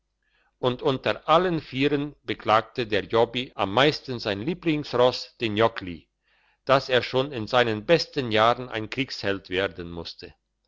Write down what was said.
und unter allen vieren beklagte der jobbi am meisten sein lieblingsross den jockli dass er schon in seinen besten jahren ein kriegsheld werden musste